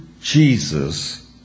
Jesus